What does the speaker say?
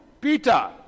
Peter